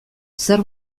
zer